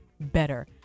better